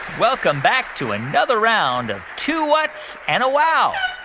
welcome back to another round of two whats? and a wow!